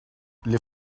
les